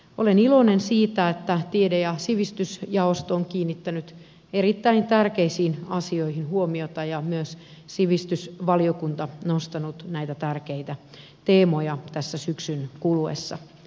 olen iloinen siitä että tiede ja sivistysjaosto on kiinnittänyt erittäin tärkeisiin asioihin huomiota ja myös sivistysvaliokunta on nostanut näitä tärkeitä teemoja tässä syksyn kuluessa